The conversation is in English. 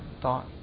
thought